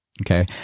Okay